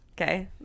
okay